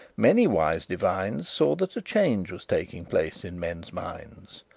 many wise divines saw that a change was taking place in men's minds,